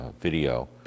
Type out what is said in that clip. video